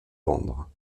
vendre